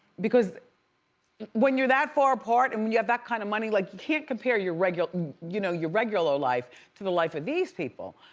because when you're that far apart and when you have that kind of money like you can't compare your regular you know your regular life to the life of these people.